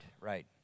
right